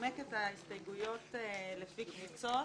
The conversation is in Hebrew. אנמק את ההסתייגויות לפי קבוצות,